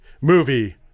movie